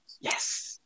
Yes